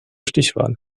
stichwahl